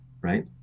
right